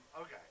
Okay